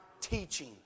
teaching